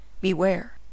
Beware